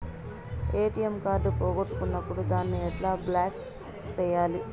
ATM card పోగొట్టుకున్నప్పుడు దాన్ని ఎట్లా బ్లాక్ సేయాలి